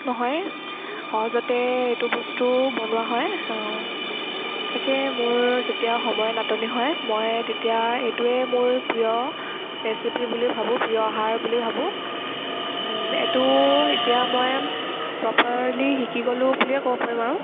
নহয় সহজতে এইটো বস্তু বনোৱা হয় তাকে মোৰ যেতিয়া সময়ৰ নাটনি হয় মই তেতিয়া এইটোৱে মোৰ প্ৰিয় ৰেচিপি বুলি ভাবো প্ৰিয় আহাৰ বুলি ভাবো এইটো এতিয়া মই প্ৰপাৰলি শিকি গ'লো বুলিয়ে ক'ব পাৰিম আৰু